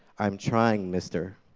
i'm trying, mister.